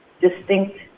distinct